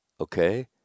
okay